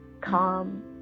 calm